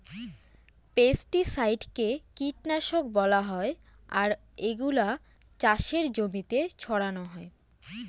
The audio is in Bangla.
পেস্টিসাইডকে কীটনাশক বলা হয় আর এগুলা চাষের জমিতে ছড়ানো হয়